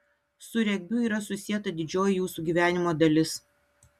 su regbiu yra susieta didžioji jūsų gyvenimo dalis